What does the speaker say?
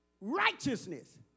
righteousness